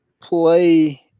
play